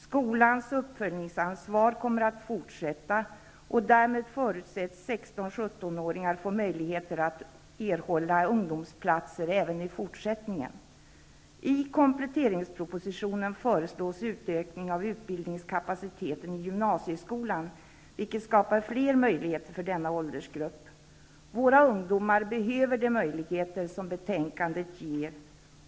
Skolans uppföljningsansvar kommer att fortsätta. Därmed förutsätts 16--17-åringar få möjligheter att erhålla ungdomsplatser även i fortsättningen. I kompletteringspropositionen föreslås utökning av utbildningskapaciteten i gymnasieskolan, vilket skapar flera möjligheter för denna åldersgrupp. Våra ungdomar behöver de möjligheter som betänkandet ger.